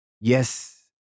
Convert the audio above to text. Yes